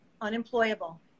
unemployable